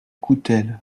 coutelle